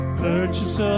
purchase